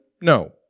No